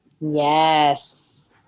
Yes